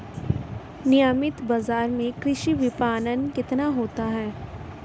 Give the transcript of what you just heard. नियमित बाज़ार में कृषि विपणन कितना होता है?